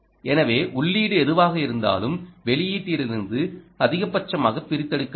எனவே உள்ளீடு எதுவாக இருந்தாலும் வெளியீட்டிலிருந்து அதிகபட்சமாக பிரித்தெடுக்க வேண்டும்